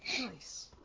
nice